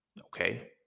okay